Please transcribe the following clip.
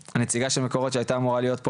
הנציגה של מקורות שהייתה אמורה להיות פה